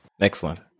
Excellent